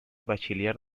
bachiller